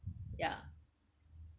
ya